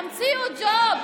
בסדר, תמציאו ג'וב.